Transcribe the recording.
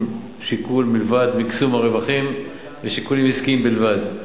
שיקול מלבד מקסום הרווחים ושיקולים עסקיים בלבד.